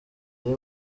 ari